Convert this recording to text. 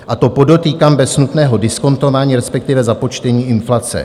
A to podotýkám bez nutného diskontování, respektive započtení inflace.